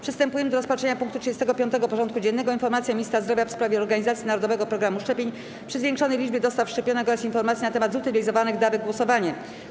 Przystępujemy do rozpatrzenia punktu 35. porządku dziennego: Informacja Ministra Zdrowia w sprawie organizacji Narodowego Programu Szczepień przy zwiększonej liczbie dostaw szczepionek oraz informacji na temat zutylizowanych dawek - głosowanie.